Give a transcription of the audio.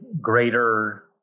greater